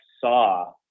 saw